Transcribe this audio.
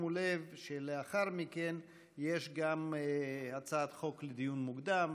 שימו לב שלאחר מכן יש גם הצעת חוק לדיון מוקדם,